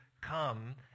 come